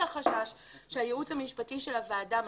החשש שהייעוץ המשפטי של הוועדה מציג,